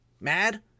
mad